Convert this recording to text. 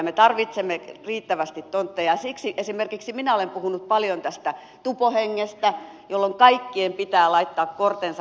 me tarvitsemme riittävästi tontteja ja siksi esimerkiksi minä olen puhunut paljon tästä tupo hengestä jolloin kaikkien pitää laittaa kortensa kekoon